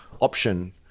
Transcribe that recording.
option